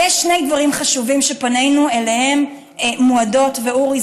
אבל יש שני דברים חשובים שפנינו מועדות אליהם ואורי,